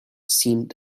seemed